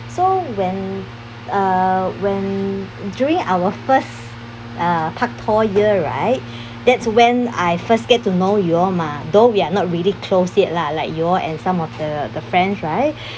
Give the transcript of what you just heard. so when uh when during our first uh pak tor year right that's when I first get to know y'all mah though we are not really close yet lah like y'all and some of the the friends right